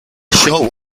short